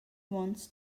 wants